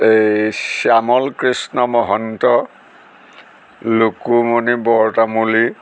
এই শ্যামল কৃষ্ণ মহন্ত লুকুমণি বৰতামুলী